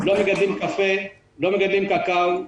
לא מגדלים קפה, לא מגדלים קקאו,